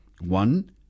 One